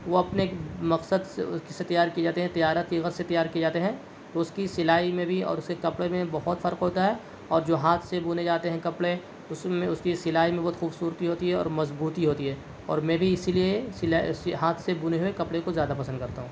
وہ اپنے ایک مقصد سے تیار کیے جاتے ہیں تجارت کی غرض سے تیار کیےجاتے ہیں اس کی سلائی میں بھی اور اس کے کپڑے میں بہت فرق ہوتا ہے اور جو ہاتھ سے بنے جاتے ہیں کپڑے اس میں اس کی سلائی میں بہت خوبصورتی ہوتی ہے اور مضبوطی ہوتی ہے اور میں بھی اسی لیے سلا ہاتھ سے بنے ہوئے کپڑے کو زیادہ پسند کرتا ہوں